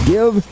Give